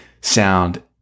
sound